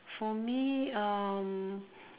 for me um